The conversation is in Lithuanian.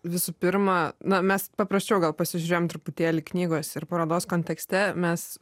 visų pirma na mes paprasčiau gal pasižiūrėjom truputėlį knygos ir parodos kontekste mes